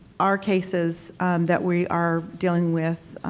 our cases that we are dealing with